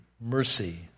mercy